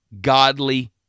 godly